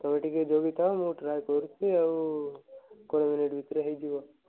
ତୁମେ ଟିକେ ଜଗି ଥାୟ ମୁଁ ଟ୍ରାଏ କରୁଛି ଆଉ କୋଡ଼ିଏ ମିନିଟ୍ ଭିତରେ ହେଇଯିବ